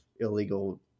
illegal